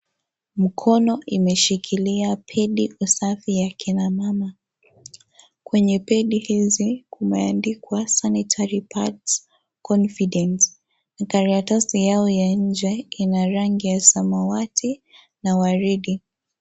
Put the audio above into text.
Mkono imeshikilia pedi usafi ya kina mama . Kwenye pedi hizo imeandikwa sanitary pads confidence . Karatasi yao ya nje ina rangi ya samawati na waridi .